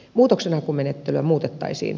muutoksenhakumenettelyä muutettaisiin